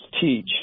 teach